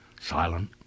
silent